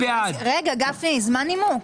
גפני, זמן נימוק.